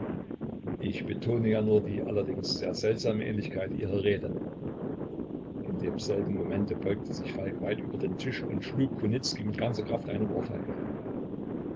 ich betone ja nur die allerdings sehr seltsame ähnlichkeit ihrer rede in demselben momente beugte sich falk weit über den tisch und schlug kunicki mit ganzer kraft eine ohrfeige